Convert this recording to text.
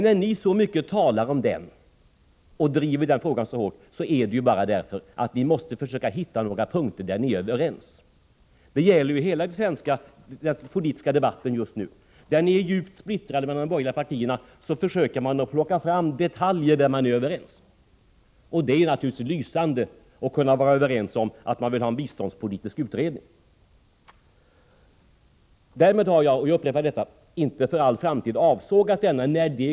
När ni driver den här frågan så hårt är det bara därför att ni måste försöka hitta några punkter där ni är överens. Det gäller hela den svenska politiska debatten just nu. När de borgerliga partierna är djupt splittrade försöker de att plocka fram detaljer där de är överens. Det är naturligtvis lysande att kunna vara överens om att man vill ha en biståndspolitisk utredning. Därmed har jag — jag upprepar detta — inte för all framtid tagit avstånd från tanken på en sådan utredning.